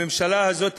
הממשלה הזאת